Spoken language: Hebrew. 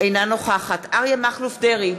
אינה נוכחת אריה מכלוף דרעי,